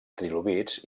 trilobits